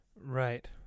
right